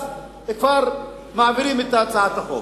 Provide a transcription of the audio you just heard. אז כבר מעבירים את הצעת החוק.